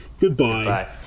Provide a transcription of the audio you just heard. Goodbye